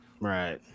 Right